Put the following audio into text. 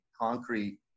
concrete